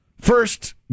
First